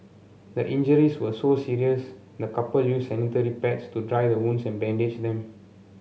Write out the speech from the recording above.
the injuries were so serious the couple used sanitary pads to dry the wounds and bandage them